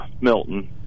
Milton